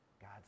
God